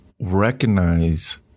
recognize